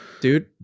Dude